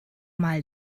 mal